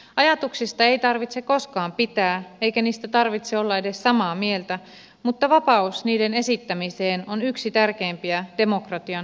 ajatuksista ei tarvitse koskaan pitää eikä niistä tarvitse olla edes samaa mieltä mutta vapaus niiden esittämiseen on yksi tärkeimpiä demokratian kulmakiviä